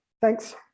Thanks